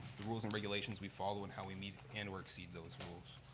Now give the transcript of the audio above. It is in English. the rules and regulations we follow and how we meet and or exceed those rules.